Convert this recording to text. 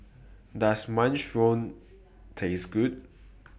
Does Minestrone Taste Good